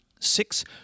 Six